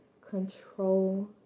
control